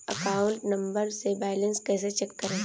Account number से balance कैसे check करें?